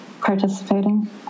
participating